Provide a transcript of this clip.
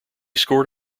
scored